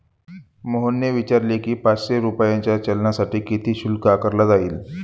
मोहनने विचारले की, पाचशे रुपयांच्या चलानसाठी किती शुल्क आकारले जाईल?